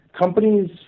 companies